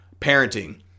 parenting